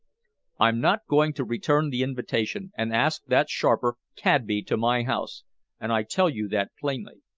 i'm not going to return the invitation and ask that sharper, cadby, to my house and i tell you that plainly.